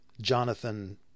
Jonathan